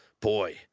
boy